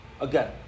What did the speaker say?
Again